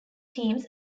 teams